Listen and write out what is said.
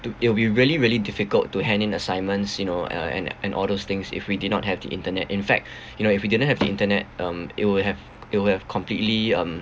to it will be really really difficult to hand in assignments you know uh and and all those things if we did not have the internet in fact you know if we didn't have the internet um it would have it would have completely um